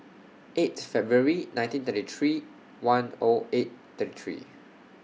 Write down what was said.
eighth February nineteen thirty three one O eight thirty three